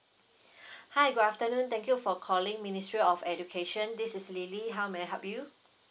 hi good afternoon thank you for calling ministry of education this is lily how may I help you